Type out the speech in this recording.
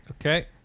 Okay